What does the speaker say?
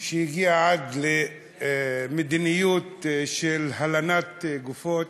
שהגיעה עד למדיניות של הלנת גופות.